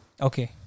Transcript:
okay